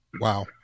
Wow